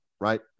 right